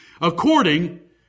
according